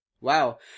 wow